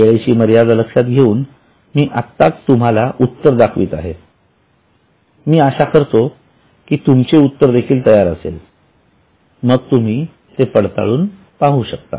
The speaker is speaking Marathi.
वेळेची मर्यादा लक्षात घेऊन मी आत्ताच तुम्हाला उत्तर दाखवित आहे मी आशा करतो की तुमचे उत्तर तयार असेल मग तुम्ही पडताळून पाहू शकता